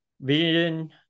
vision